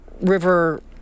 River